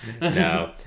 No